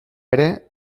ere